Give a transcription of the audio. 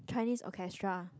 Chinese Orchestra